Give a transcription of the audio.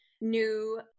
new